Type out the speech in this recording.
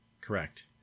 Correct